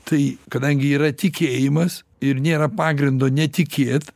tai kadangi yra tikėjimas ir nėra pagrindo netikėt